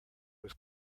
was